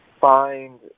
find